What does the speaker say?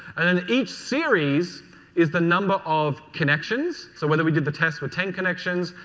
and and each series is the number of connections. so whether we did the test with ten connections,